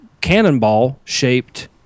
cannonball-shaped